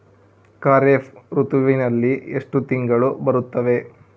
ಖಾರೇಫ್ ಋತುವಿನಲ್ಲಿ ಎಷ್ಟು ತಿಂಗಳು ಬರುತ್ತವೆ?